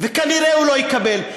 וכנראה הוא לא יקבל,